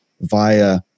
via